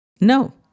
No